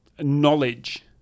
knowledge